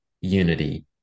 unity